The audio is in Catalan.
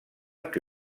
que